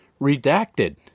Redacted